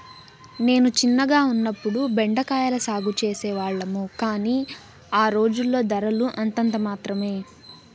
నేను చిన్నగా ఉన్నప్పుడు బెండ కాయల సాగు చేసే వాళ్లము, కానీ ఆ రోజుల్లో ధరలు అంతంత మాత్రమె